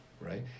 right